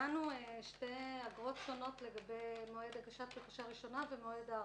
וקבענו שתי אגרות שונות לגבי מועד הגשת בקשה ראשונה ומועד הארכה.